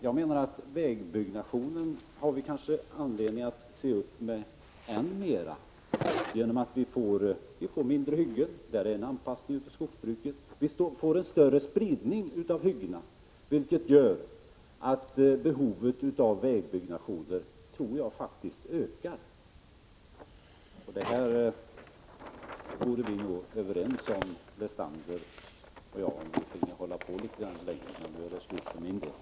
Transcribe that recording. FRI FE 8 Vägbyggnationen har vi kanske anledning att se upp med än mera, eftersom vi får mindre hyggen. Det är en anpassning av skogsbruket. Vi får en större spridning av hyggena, vilket gör att behovet av vägbyggnationer troligen ökar. Det borde vi bli överens om, Paul Lestander och jag, om vi fick hålla på litet längre, men nu är det slut på min repliktid.